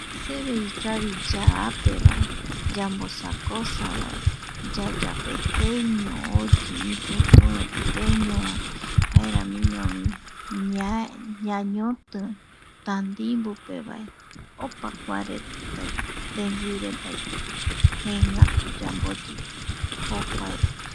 Seve ikavi yaapevae, yamosakosa vae, yayapeteiño oyi ipitue peñova jaeramiñovi ñae, ñañoti tandimbupevae opa kua reta tembiureta yamboyi jokuarupi.